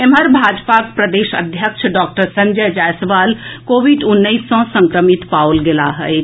एम्हर भाजपाक प्रदेश अध्यक्ष डॉक्टर संजय जायसवाल कोविड उन्नैस सँ संक्रमित पाओल गेलाह अछि